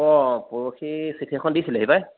অ পৰহি চিঠি এখন দিছিলেহি পাই